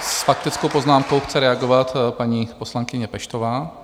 S faktickou poznámkou chce reagovat paní poslankyně Peštová.